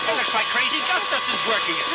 like crazy gustavson is working